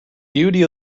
beauty